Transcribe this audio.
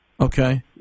Okay